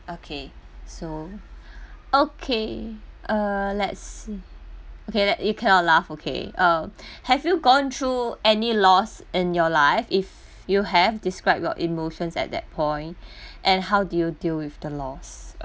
okay so okay err lets see okay that you cannot laugh okay um have you gone through any lost in your life if you have describe your emotion at that point and how do you deal with the lost